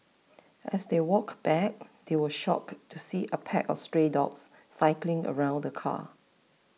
as they walked back they were shocked to see a pack of stray dogs circling around the car